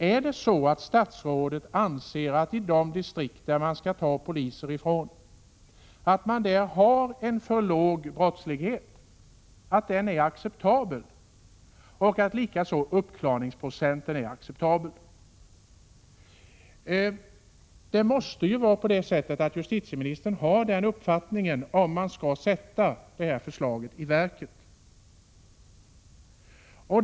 Anser statsrådet att de distrikt från vilka man skall ta bort polismän har för låg brottslighet, att denna brottslighet är acceptabel och att uppklaringsprocenten är acceptabel? Justitieministern måste ju ha denna uppfattning om förslaget blir verklighet.